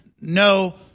no